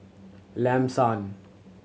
Lam San